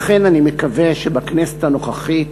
לכן אני מקווה שבכנסת הנוכחית